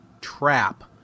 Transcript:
trap